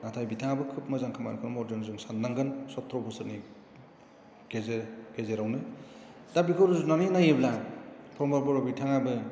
नाथाय बिथाङाबो खोब मोजां खामानिखौ मावदों जों साननांगोन सथ्र बोसोरनि गेजेर गेजेरावनो दा बेखौ रुजुनानै नायोब्ला फ्रमद बर' बिथाङाबो